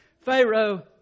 Pharaoh